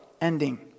ending